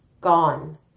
gone